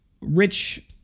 rich